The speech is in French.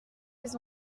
les